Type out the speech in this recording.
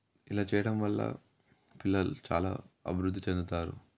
ఇలా చేయడం వల్ల పిల్లలు చాలా అభివృద్ధి చెందుతారు